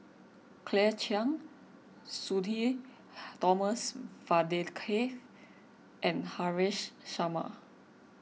Claire Chiang Sudhir Thomas Vadaketh and Haresh Sharma